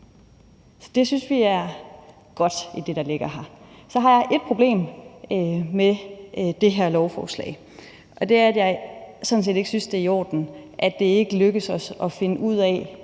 Det synes vi er godt i det, der ligger her. Så har jeg ét problem med det her lovforslag, og det er, at jeg sådan set ikke synes, at det er i orden, at det ikke er lykkedes os at finde en